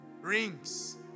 Rings